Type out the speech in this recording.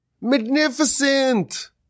magnificent